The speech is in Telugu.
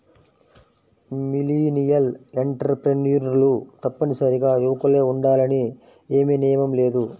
మిలీనియల్ ఎంటర్ప్రెన్యూర్లు తప్పనిసరిగా యువకులే ఉండాలని ఏమీ నియమం లేదు